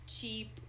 cheap